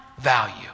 value